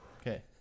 Okay